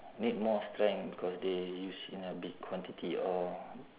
need more strength because they use in a big quantity or